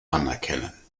anerkennen